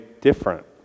different